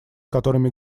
которыми